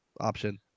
option